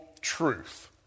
truth